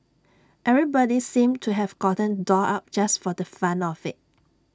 everybody seemed to have gotten dolled up just for the fun of IT